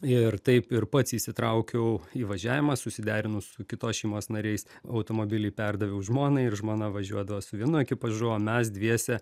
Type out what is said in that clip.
ir taip ir pats įsitraukiau į važiavimą susiderinus su kitos šeimos nariais automobilį perdaviau žmonai ir žmona važiuodavo su vienu ekipažu o mes dviese